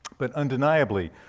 but undeniably,